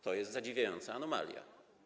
To jest zadziwiająca anomalia.